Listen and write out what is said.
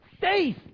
Faith